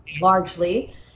largely